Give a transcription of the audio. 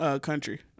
country